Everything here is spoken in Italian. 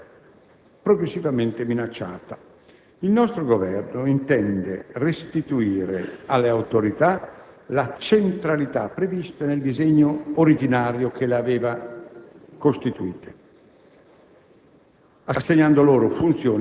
e la loro indipendenza è stata progressivamente minacciata. Il nostro Governo intende restituire alle Autorità la centralità prevista nel disegno originario che le aveva istituite,